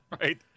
Right